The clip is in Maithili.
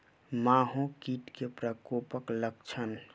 माहो कीट केँ प्रकोपक लक्षण?